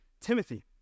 Timothy